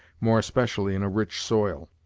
more especially in a rich soil.